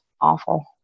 awful